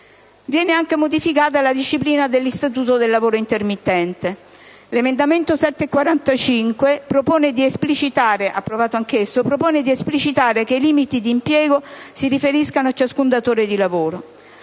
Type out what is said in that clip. Viene anche modificata la disciplina dell'istituto del lavoro intermittente. L'emendamento 7.45, approvato anch'esso, propone di esplicitare che i limiti di impiego si riferiscono a ciascun datore di lavoro.